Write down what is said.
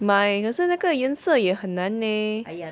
买可是那个颜色也很难 leh